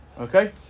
Okay